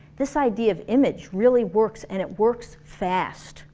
this idea of image really works, and it works fast